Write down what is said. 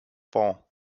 four